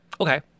okay